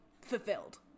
fulfilled